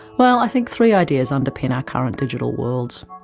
well i think three ideas underpin our current digital worlds.